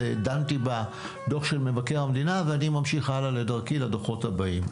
דנתי בדוח של מבקר המדינה ואני ממשיך הלאה לדרכי לדוחות הבאים.